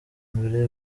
mbere